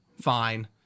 fine